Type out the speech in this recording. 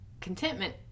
contentment